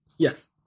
Yes